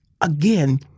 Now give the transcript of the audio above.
Again